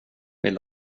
vill